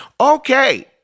Okay